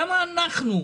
למה אנחנו,